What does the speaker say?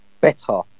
better